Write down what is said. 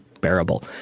bearable